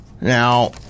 Now